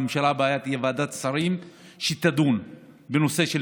ושבממשלה הבאה תהיה ועדת שרים שתדון בנושא של